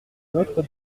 notre